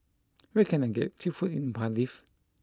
where can I get cheap food in Cardiff